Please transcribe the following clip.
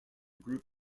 group